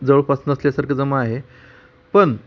जवळपास नसल्यासारखं जमा आहे पण